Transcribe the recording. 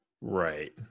Right